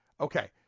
Okay